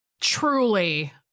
truly